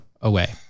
away